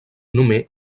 nommé